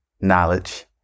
knowledge